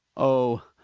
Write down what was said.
oh!